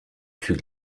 fut